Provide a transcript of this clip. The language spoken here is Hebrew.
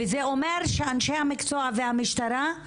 וזה אומר שאנשי המקצוע והמשטרה,